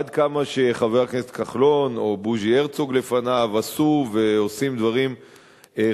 עד כמה שחבר הכנסת כחלון או בוז'י הרצוג לפניו עשו ועושים דברים חשובים.